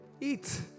Eat